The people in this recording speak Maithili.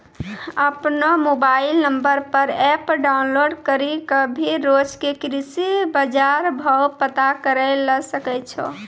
आपनो मोबाइल नंबर पर एप डाउनलोड करी कॅ भी रोज के कृषि बाजार भाव पता करै ल सकै छो